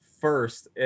first